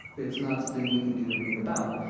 it's not something we can do anything about.